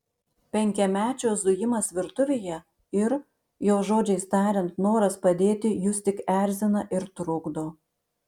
penkiamečio zujimas virtuvėje ir jo žodžiais tariant noras padėti jus tik erzina ir trukdo